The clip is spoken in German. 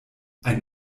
ein